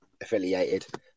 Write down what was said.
affiliated